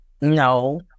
No